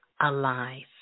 alive